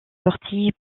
sortie